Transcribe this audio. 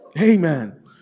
Amen